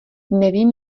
nevím